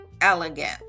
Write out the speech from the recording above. elegant